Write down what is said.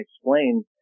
explain